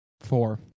Four